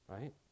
right